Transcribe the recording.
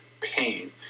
pain